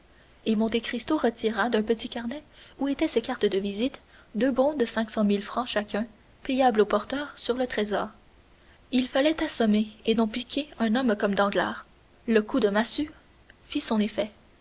et monte cristo retira d'un petit carnet où étaient ses cartes de visite deux bons de cinq cent mille francs chacun payables au porteur sur le trésor il fallait assommer et non piquer un homme comme danglars le coup de massue fit son effet